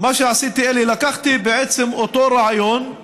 לקחתי בעצם את אותו רעיון,